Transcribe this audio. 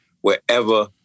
wherever